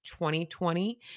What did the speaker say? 2020